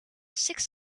six